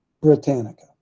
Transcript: Britannica